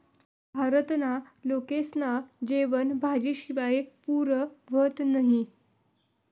भारतना लोकेस्ना जेवन भाजी शिवाय पुरं व्हतं नही